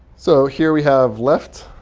so here, we have left.